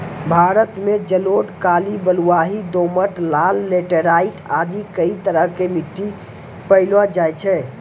भारत मॅ जलोढ़, काली, बलुआही, दोमट, लाल, लैटराइट आदि कई तरह के मिट्टी पैलो जाय छै